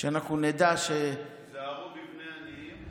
שאנחנו נדע היזהרו בבני עניים.